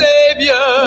Savior